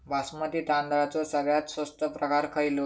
बासमती तांदळाचो सगळ्यात स्वस्त प्रकार खयलो?